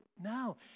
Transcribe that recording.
No